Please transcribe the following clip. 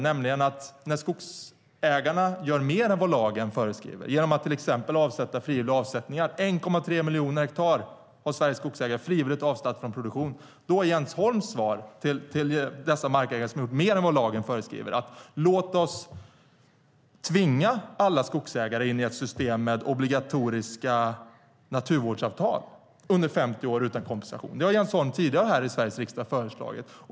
Sveriges skogsägare har frivilligt avstått från produktion på 1,3 miljoner hektar. När skogsägarna gör mer än vad lagen föreskriver, till exempel genom att göra frivilliga avsättningar, är Jens Holms svar till dessa markägare: Låt oss tvinga in alla skogsägare i ett system med obligatoriska naturvårdsavtal under 50 år utan kompensation. Det har Jens Holm föreslagit tidigare här i Sveriges riksdag.